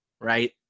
right